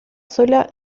sola